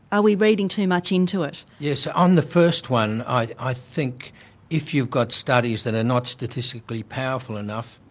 are we reading too much into it? yes, on the first one. i think if you've got studies that are not statistically powerful enough,